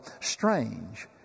strange